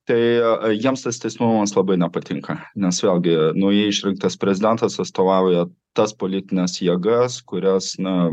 tai jiems tas tęstinumas labai nepatinka nes vėlgi naujai išrinktas prezidentas atstovauja tas politines jėgas kurios na